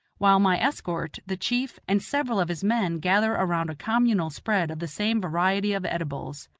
while my escort, the chief, and several of his men gather around a communal spread of the same variety of edibles.